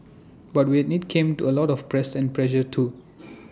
but with IT came to A lot of press and pressure too